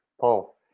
Paul